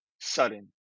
sudden